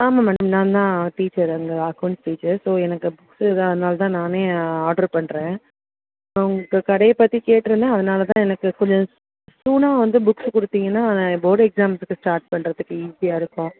ஆமாம் மேடம் நான் தான் டீச்சர் அங்கே அக்கௌண்ட்ஸ் டீச்சர் ஸோ எனக்கு புக்ஸ் இதுதான் அதனால் தான் நானே ஆர்டர் பண்ணுறேன் நான் உங்கள் கடையை பற்றி கேட்டிருந்தேன் அதனால் தான் எனக்கு கொஞ்சம் சூன்னாக வந்து புக்ஸு கொடுத்தீங்கன்னா என் போர்டு எக்ஸாம்ஸுக்கு ஸ்டார்ட் பண்ணுறதுக்கு ஈஸியாக இருக்கும்